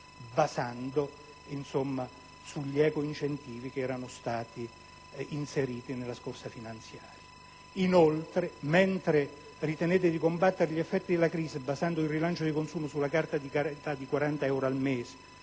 basandosi sugli ecoincentivi che erano stati previsti nelle scorse finanziarie. Inoltre, mentre ritiene di combattere gli effetti della crisi, basando il rilancio dei consumi sulla carta di carità di 40 euro al mese